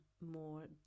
more